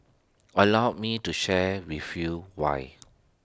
allow me to share with you why